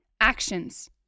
Actions